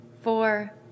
four